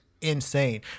insane